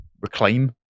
reclaim